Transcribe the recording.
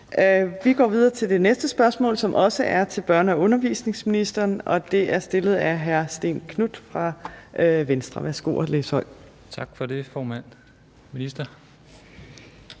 Vi går videre til det næste spørgsmål, som også er til børne- og undervisningsministeren, og det er stillet af hr. Stén Knuth fra Venstre. Kl. 15:58 Spm. nr.